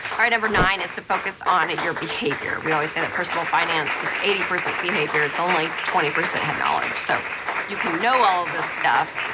all right, number nine is to focus on at your behavior. we always say that personal finance is eighty percent behavior it's only twenty percent head knowledge. so you can know all of this stuff,